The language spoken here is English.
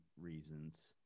reasons